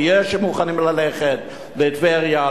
ויש שמוכנים ללכת לטבריה,